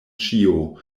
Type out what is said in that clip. ĉio